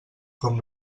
com